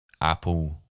Apple